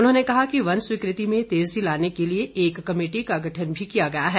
उन्होंने कहा कि वन स्वीकृति में तेजी लाने के लिए एक कमेटी का गठन भी किया गया है